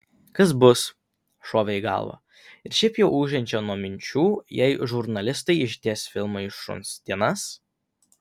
kas bus šovė į galvą ir šiaip jau ūžiančią nuo minčių jei žurnalistai išdės filmą į šuns dienas